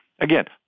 Again